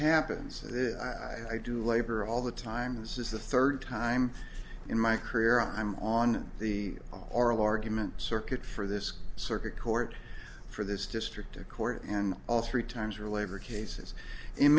happens i do labor all the time this is the third time in my career i'm on the oral argument circuit for this circuit court for this district court and all three times are labor cases in